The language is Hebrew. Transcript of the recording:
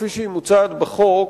כפי שהיא מוצעת בחוק,